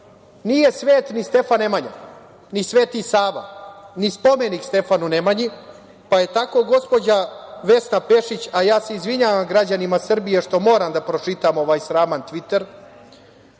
nije svet ni Stefan Nemanja, ni Sveti Sava, ni Spomenik Stefanu Nemanji, pa je tako gospođa Vesna Pešić, a ja se izvinjavam građanima Srbije što moram da pročitam ovaj sraman tvit,